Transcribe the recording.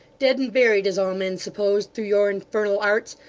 dead and buried, as all men supposed through your infernal arts,